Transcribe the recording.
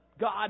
God